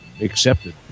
accepted